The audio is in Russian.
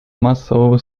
массового